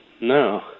no